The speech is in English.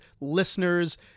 listeners